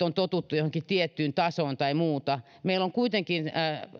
on totuttu johonkin tiettyyn tasoon tai muuta meillä on kuitenkin